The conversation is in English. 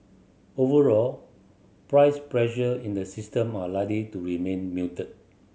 overall price pressure in the system are likely to remain muted